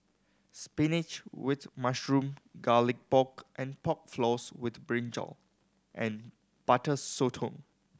spinach with mushroom Garlic Pork and Pork Floss with brinjal and Butter Sotong